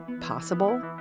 possible